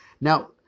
Now